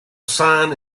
sign